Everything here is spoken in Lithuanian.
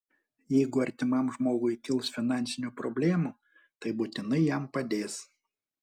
jeigu artimam žmogui kils finansinių problemų tai būtinai jam padės